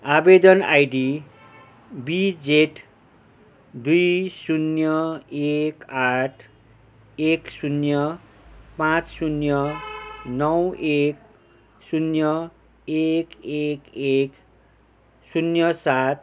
आवेदन ID B Z दुई शून्य एक आठ एक शून्य पाँच शून्य नौ एक शून्य एक एक एक शून्य सात